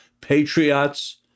patriots